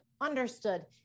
Understood